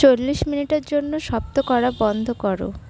চল্লিশ মিনিটের জন্য শব্দ করা বন্ধ করো